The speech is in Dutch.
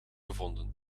gevonden